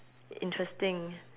interesting